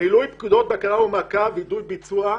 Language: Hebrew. מילוי פקודות בקרה ומעקב וידוא ביצוע: